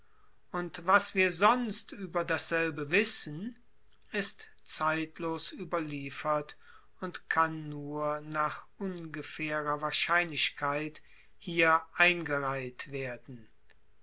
und was wir sonst ueber dasselbe wissen ist zeitlos ueberliefert und kann nur nach ungefaehrer wahrscheinlichkeit hier eingereiht werden